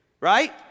right